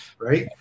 right